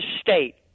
state